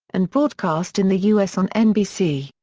and broadcast in the u s. on nbc.